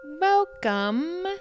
Welcome